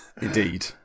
indeed